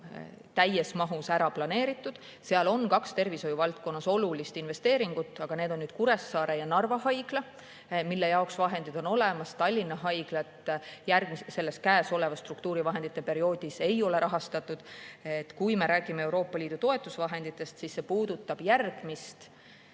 täies mahus ära planeeritud. Seal on kaks tervishoiu valdkonnas olulist investeeringut, aga need on Kuressaare ja Narva haigla, mille jaoks vahendid on olemas. Tallinna Haiglat käesolevas struktuurivahendite perioodis ei ole rahastatud. Kui me räägime Euroopa Liidu toetusvahenditest, siis see puudutab järgmist